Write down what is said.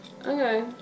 Okay